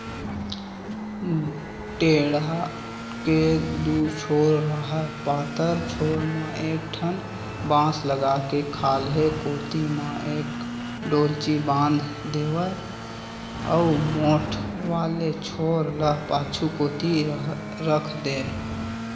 टेंड़ा के दू छोर राहय पातर छोर म एक ठन बांस लगा के खाल्हे कोती म एक डोल्ची बांध देवय अउ मोठ वाले छोर ल पाछू कोती रख देय